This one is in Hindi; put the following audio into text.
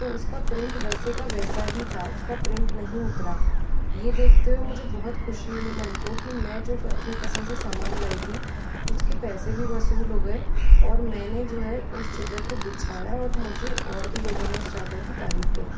तो उसका प्रिंट वैसे का वैसा ही था उसका प्रिंट नहीं उतरा ये देखते हुए मुझे बहुत खुशी मन को की मैं जो अपनी पसंद से सामान लाई उसके पैसे भी वसूल हो गये और मैंने जो है उस चद्दर को बिछाया और मुझे और भी लोगों ने उस चादर की तारीफ करी